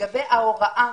לגבי ההוראה.